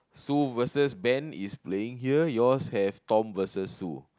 Sue versus Ben is playing here yours have Tom versus Sue